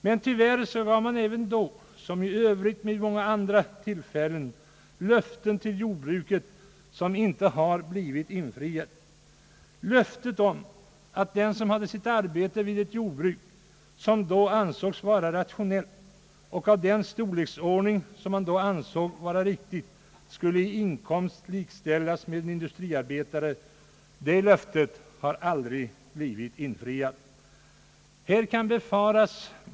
Men tyvärr gav man även då, liksom vid många andra tillfällen, löften till jordbruket som inte har blivit infriade. Man kan tänka på löftet om att den som hade sitt arbete vid ett jordbruk, vilket då ansågs vara rationellt och av den storleksordning som man då ansåg vara riktig, i inkomsthänseende skulle likställas med en industriarbetare. Det löftet har aldrig blivit infriat.